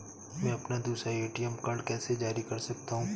मैं अपना दूसरा ए.टी.एम कार्ड कैसे जारी कर सकता हूँ?